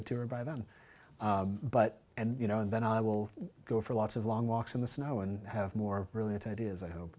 it to her by then but and you know and then i will go for lots of long walks in the snow and have more really and it is i hope